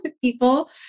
people